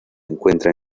encuentra